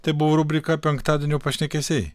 tai buvo rubrika penktadienio pašnekesiai